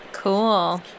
Cool